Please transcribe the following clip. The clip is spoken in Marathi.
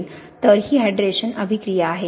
तर ही हायड्रेशन अभिक्रिया आहे